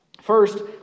First